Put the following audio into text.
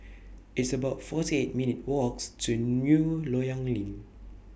It's about forty eight minutes' Walks to New Loyang LINK